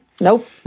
Nope